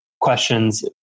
questions